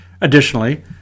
Additionally